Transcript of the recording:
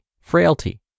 frailty